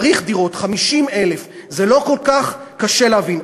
צריך דירות, 50,000. זה לא כל כך קשה להבין.